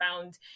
found